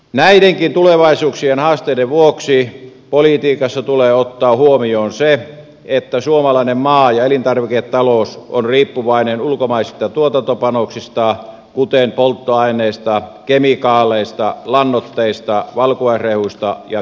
näidenkin tulevaisuuden haasteiden vuoksi politiikassa tulee ottaa huomioon se että suomalainen maa ja elintarviketalous on riippuvainen ulkomaisista tuotantopanoksista kuten polttoaineista kemikaaleista lannoitteista valkuaisrehuista ja työvoimasta